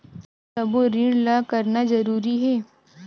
मोला सबो ऋण ला करना जरूरी हे?